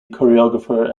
choreographer